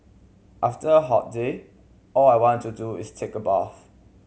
after a hot day all I want to do is take a bath